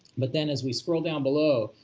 but then as we scroll down below,